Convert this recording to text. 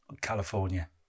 California